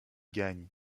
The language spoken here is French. gagne